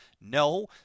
no